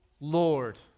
Lord